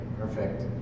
Perfect